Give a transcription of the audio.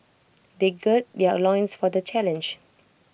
they gird their loins for the challenge